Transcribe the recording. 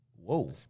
Whoa